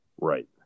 Right